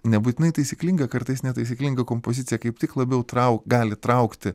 nebūtinai taisyklinga kartais netaisyklinga kompozicija kaip tik labiau trauk gali traukti